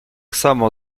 samo